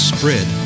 Spread